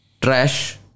trash